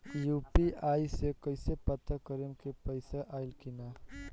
UPI से कईसे पता करेम की पैसा आइल की ना?